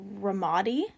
Ramadi